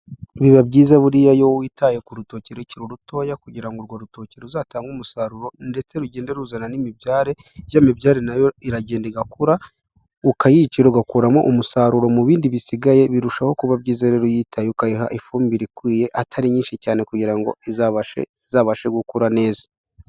Biba byiza buriya iyo witaye ku rutoki rukiri rutoya kugira ngo urwo rutoki ruzatange umusaruro ndetse rugende ruzana n'imibyare, ya mibyare na yo iragenda igakura ukayicira ugakuramo umusaruro mu bindi bisigaye. Birushaho kuba byiza rero iyo uyitaye ukayiha ifumbire ikwiye atari nyinshi cyane kugira ngo izabashe gukura neza.